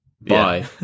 Bye